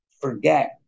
forget